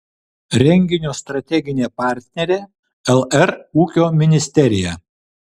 renginio strateginė partnerė lr ūkio ministerija